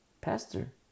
pastor